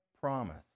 promise